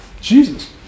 Jesus